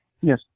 Yes